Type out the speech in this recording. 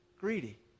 greedy